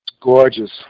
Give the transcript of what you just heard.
Gorgeous